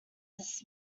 this